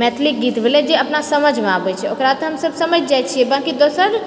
मैथिली गीत भेलै जे अपना समझमे आबैत छै ओकरा तऽ हमसब समझि जाइत छियै बाँकि दोसर